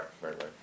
right